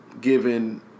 given